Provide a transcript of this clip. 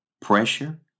pressure